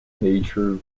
nature